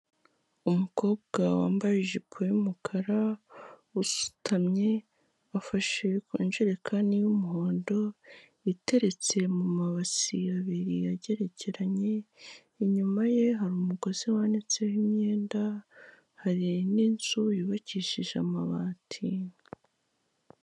Umukobwa wambaye ijipo y'umukara, usutamye afashe ku njerekani y'umuhondo iteretse mu mabasi abiri agerekeranye, inyuma ye hari umugozi wanitseho imyenda, hari n'inzu yubakishije amabati.